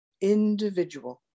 Individual